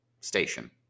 station